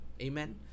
Amen